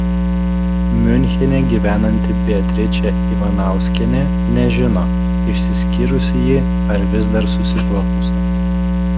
miunchene gyvenanti beatričė ivanauskienė nežino išsiskyrusi ji ar vis dar susituokusi